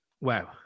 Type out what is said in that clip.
Wow